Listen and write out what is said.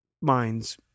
minds